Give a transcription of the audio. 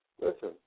Listen